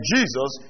Jesus